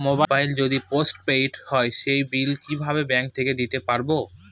Mobile যদি postpaid হয় সেটার বিল কিভাবে ব্যাংক থেকে দিতে পারব?